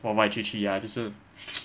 歪歪曲曲呀就是